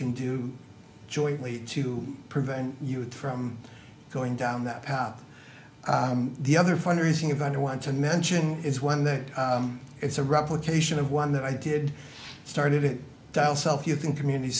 can do jointly to prevent you from going down that path the other fundraising event i want to mention is one that it's a replication of one that i did started it dial self you think community